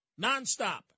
nonstop